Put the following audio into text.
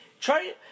Try